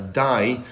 die